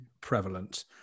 prevalent